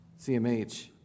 CMH